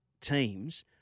teams